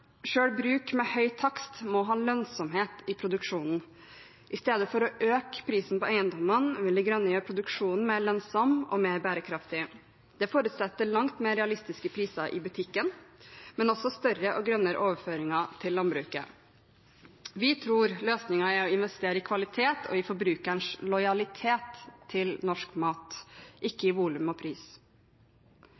bruk med høy takst må ha lønnsomhet i produksjonen. I stedet for å øke prisene på eiendommene vil De Grønne gjøre produksjonen mer lønnsom og mer bærekraftig. Det forutsetter langt mer realistiske priser i butikken, men også større og grønnere overføringer til landbruket. Vi tror løsningen er å investere i kvalitet og i forbrukerens lojalitet til norsk mat, ikke